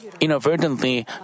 inadvertently